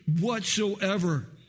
whatsoever